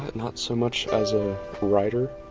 not so much as a writer,